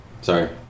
Sorry